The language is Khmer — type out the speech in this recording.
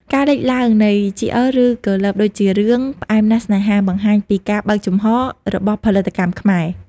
ការលេចឡើងនៃ GL ឬ Girls Love ដូចជារឿង "ផ្អែមណាស់ស្នេហា" បង្ហាញពីការបើកចំហររបស់ផលិតកម្មខ្មែរ។